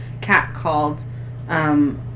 catcalled